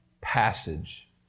passage